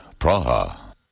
Praha